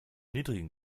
niedrigen